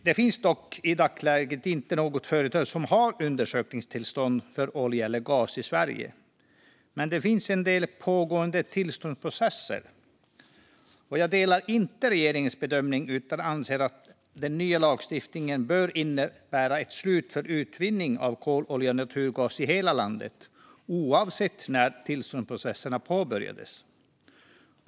Det finns i dagsläget inte något företag som har undersökningstillstånd för olja eller gas i Sverige, men det finns en del pågående tillståndsprocesser. Jag delar inte regeringens bedömning utan anser att den nya lagstiftningen behöver innebära ett slut för utvinning av kol, olja och naturgas i hela landet, oavsett när tillståndsprocessen påbörjades.